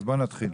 נתחיל.